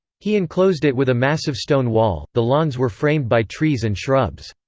he enclosed it with a massive stone wall, the lawns were framed by trees and shrubs.